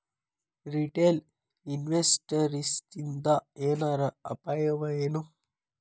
Retail ಇನ್ವೆಸ್ಟರ್ಸಿಂದಾ ಏನರ ಅಪಾಯವಎನು?